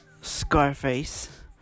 scarface